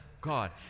God